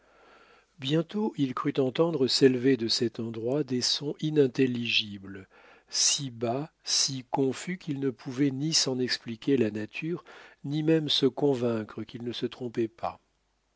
bientôt il crut entendre s'élever de cet endroit des sons inintelligibles si bas si confus qu'il ne pouvait ni s'en expliquer la nature ni même se convaincre qu'il ne se trompait pas